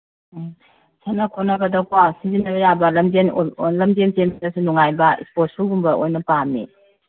ꯑꯥ ꯁꯥꯟꯅ ꯈꯣꯠꯅꯕꯗꯀꯣ ꯁꯤꯖꯤꯟꯅꯕ ꯌꯥꯕ ꯂꯝꯖꯦꯟ ꯆꯦꯟꯕꯗꯁꯨ ꯅꯨꯡꯉꯥꯏꯕ ꯏꯁꯄꯣꯔꯠ ꯁꯨꯒꯨꯝꯕ ꯑꯣꯏꯅ ꯄꯥꯝꯃꯦ